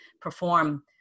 perform